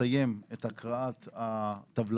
לסיים את הקראת הטבלאות,